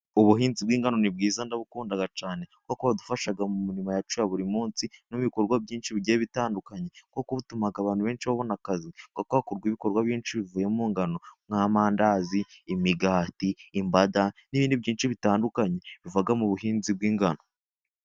Ubuhinzi bw'ingano ni bwiza ndabukunda cyane kuko budufasha mu mirimo yacu ya buri munsi n'ibikorwa byinshi bigiye bitandukanye kuko butuma abantu benshi babona akazi kuko hakorwa ibikorwa byinshi bivuye mu ngano nk'amandazi, imigati, imbada n'ibindi byinshi bitandukanye biva mu buhinzi bw'ingano.